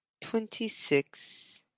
Twenty-six